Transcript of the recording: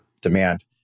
demand